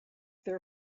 their